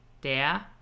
der